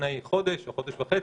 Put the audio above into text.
לפני חודש או חודש וחצי.